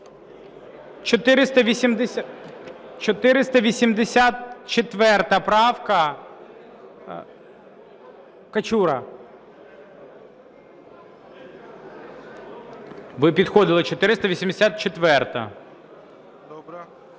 484 правка. Качура. Ви підходили, 484-а.